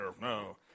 No